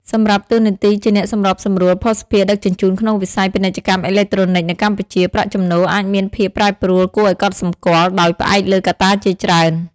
សម្រាប់តួនាទីជាអ្នកសម្របសម្រួលភស្តុភារដឹកជញ្ជូនក្នុងវិស័យ ពាណិជ្ជកម្មអេឡិចត្រូនិក នៅកម្ពុជា ប្រាក់ចំណូលអាចមានភាពប្រែប្រួលគួរឱ្យកត់សម្គាល់ ដោយផ្អែកលើកត្តាជាច្រើន។